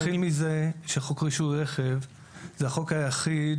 נתחיל מזה שחוק רישוי רכב זה החוק היחיד